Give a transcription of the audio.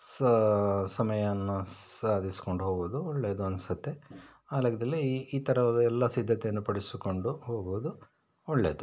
ಸ ಸಮಯವನ್ನು ಸಾಧಿಸಿಕೊಂಡು ಹೋಗೋದು ಒಳ್ಳೆಯದು ಅನಿಸುತ್ತೆ ಆ ಲೆಕ್ಕದಲ್ಲಿ ಈ ಈ ಥರದ ಎಲ್ಲ ಸಿದ್ಧತೆಯನ್ನು ಪಡಿಸಿಕೊಂಡು ಹೋಗುವುದು ಒಳ್ಳೆಯದು